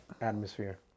atmosphere